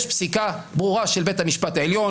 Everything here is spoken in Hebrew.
יש פסיקה ברורה של בית המשפט העליון